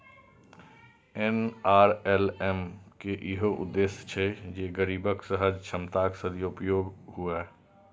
NRLM के इहो उद्देश्य छै जे गरीबक सहज क्षमताक सदुपयोग हुअय